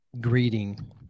greeting